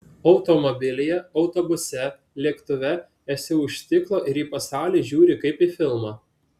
automobilyje autobuse lėktuve esi už stiklo ir į pasaulį žiūri kaip į filmą